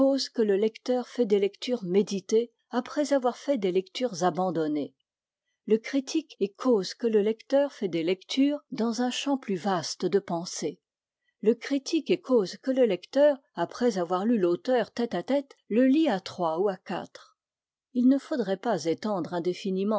que le lecteur fait des lectures méditées après avoir fait des lectures abandonnées le critique est cause que le lecteur fait des lectures dans un champ plus vaste de pensées le critique est cause que le lecteur après avoir lu l'auteur tête-à-tête le lit à trois ou à quatre il ne faudrait pas étendre indéfiniment